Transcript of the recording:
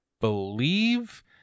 believe